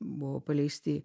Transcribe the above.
buvo paleisti